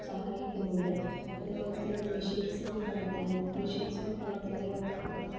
സഹായിക്കുന്നുണ്ട് അതുപോലെ തന്നെ മെഷീൻസിൻ്റെ പ്രവർത്തനങ്ങൾ മെഷീൻസിനെ പ്രവർത്തനങ്ങൾ